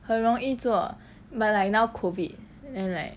很容易做 but like now COVID and like